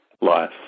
life